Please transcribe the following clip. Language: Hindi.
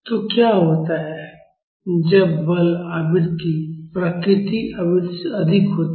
तो क्या होता है जब बल आवृत्ति प्राकृतिक आवृत्ति से अधिक होती है